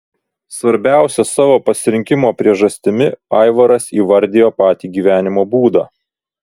svarbiausia savo pasirinkimo priežastimi aivaras įvardijo patį gyvenimo būdą